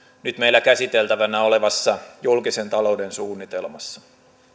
nyt meillä käsiteltävänä olevassa julkisen talouden suunnitelmassa